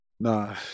Nah